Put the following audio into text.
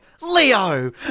Leo